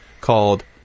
called